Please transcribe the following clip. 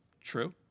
True